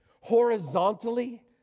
horizontally